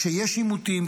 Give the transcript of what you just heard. כשיש עימותים,